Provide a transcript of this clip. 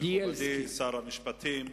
מכובדי שר המשפטים,